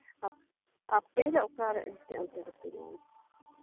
ᱟᱯᱮ ᱫᱚ ᱚᱠᱟᱨᱮ ᱮᱱᱛᱮ ᱚᱱᱛᱮ ᱫᱚᱯᱮ ᱧᱟᱢᱟ